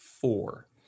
Four